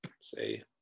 say